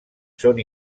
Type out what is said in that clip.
són